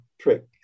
trick